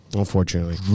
unfortunately